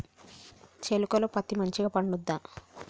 చేలుక లో పత్తి మంచిగా పండుద్దా?